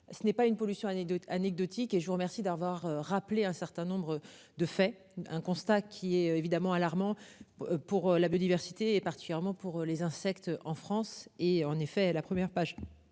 ce n'est pas une pollution année 2 anecdotique et je vous remercie d'avoir rappelé un certain nombre de faits. Un constat qui est évidemment alarmant. Pour la biodiversité et particulièrement pour les insectes en France et en effet la première page